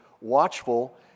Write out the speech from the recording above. watchful